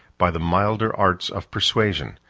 by the milder arts of persuasion,